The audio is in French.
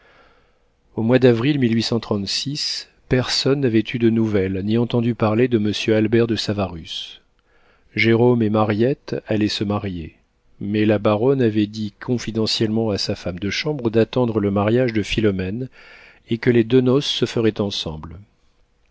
au mois d'avril personne n'avait eu de nouvelles ni entendu parler de monsieur albert de savarus jérôme et mariette allaient se marier mais la baronne avait dit confidentiellement à sa femme de chambre d'attendre le mariage de philomène et que les deux noces se feraient ensemble